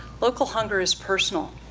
local hunger is personal.